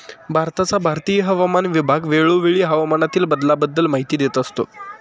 भारताचा भारतीय हवामान विभाग वेळोवेळी हवामानातील बदलाबद्दल माहिती देत असतो